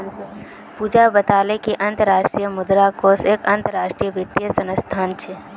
पूजा बताले कि अंतर्राष्ट्रीय मुद्रा कोष एक अंतरराष्ट्रीय वित्तीय संस्थान छे